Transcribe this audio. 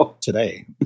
today